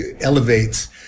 elevates